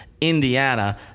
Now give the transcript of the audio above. Indiana